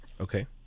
Okay